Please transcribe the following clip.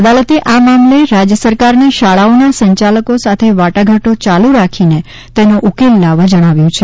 અદાલતે આ મામલે રાજ્ય સરકારને શાળાઓના સંચાલકો સાથે વાટાઘાટો ચાલુ રાખીને તેનો ઉકેલ લાવવા જણાવ્યું છે